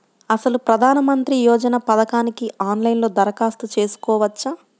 అసలు ప్రధాన మంత్రి యోజన పథకానికి ఆన్లైన్లో దరఖాస్తు చేసుకోవచ్చా?